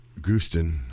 Guston